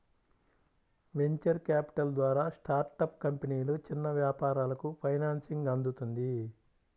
venture capital ద్వారా startup కంపెనీలు, చిన్న వ్యాపారాలకు ఫైనాన్సింగ్ అందుతుంది